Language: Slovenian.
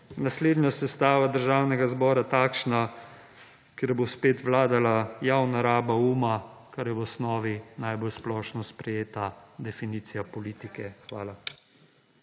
naslednja sestava Državnega zbora takšna, kjer bo spet vladala javna raba uma, kar je v osnovi najbolj splošno sprejeta definicija politike. Hvala.